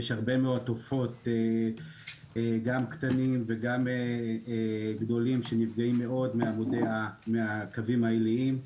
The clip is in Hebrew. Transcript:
יש הרבה עופות קטנים וגדולים שנפגעים מאוד מהקווים העיליים.